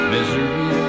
Misery